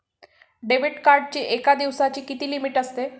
Debit कार्डची एका दिवसाची किती लिमिट असते?